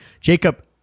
Jacob